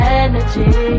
energy